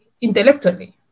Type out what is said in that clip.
intellectually